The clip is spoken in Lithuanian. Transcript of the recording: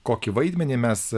kokį vaidmenį mes